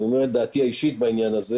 אני אומר את דעתי האישית בעניין הזה